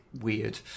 weird